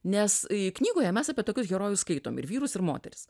nes i knygoje mes apie tokius herojus skaitom ir vyrus ir moteris